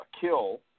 kill